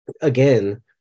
again